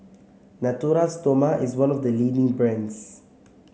Natura Stoma is one of the leading brands